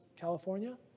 California